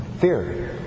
Fear